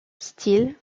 steel